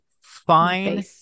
fine